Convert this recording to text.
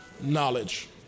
knowledge